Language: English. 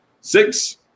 Six